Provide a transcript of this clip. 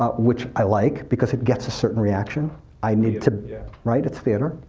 ah which i like, because it gets a certain reaction i need to right? its theater.